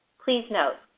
please note.